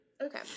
Okay